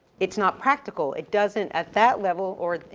it's not practical. it doesn't, at that level, or it,